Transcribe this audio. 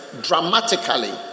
Dramatically